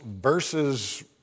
versus